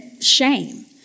shame